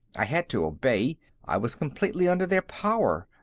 i had to obey i was completely under their power.